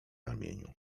ramieniu